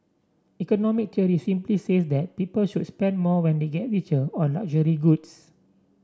economic theory simply says that people should spend more when they get richer on luxury goods